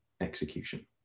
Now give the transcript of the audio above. execution